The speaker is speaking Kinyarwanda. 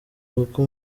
kuko